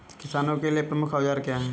किसानों के लिए प्रमुख औजार क्या हैं?